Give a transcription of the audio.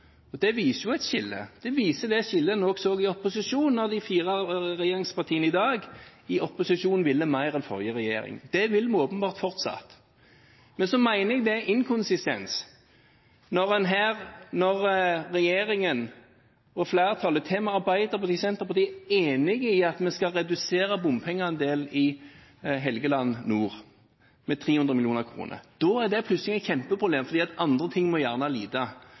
høyt. Det viser jo et skille. Det viser det skillet en òg så da dagens regjeringspartier var i opposisjon og ville mer enn forrige regjering. Det vil vi åpenbart fortsatt. Men jeg mener det er inkonsistens når regjeringen og flertallet, til og med Arbeiderpartiet og Senterpartiet, er enige om at vi skal redusere bompengeandelen i Helgeland nord med 300 mill. kr, og at det da plutselig er et kjempeproblem fordi andre ting kanskje må